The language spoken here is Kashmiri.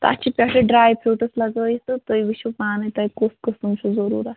تَتھ چھِ پٮ۪ٹھٕ ڈرٛاے فرٛوٗٹٕس لگٲیِتھ تہٕ تُہۍ وٕچھُو پانَے تۄہہِ کُس قٕسٕم چھُو ضٔروٗرَت